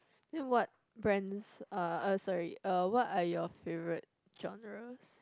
then what brands uh uh sorry uh what are your favorite genres